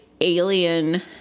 alien